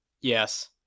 Yes